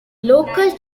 local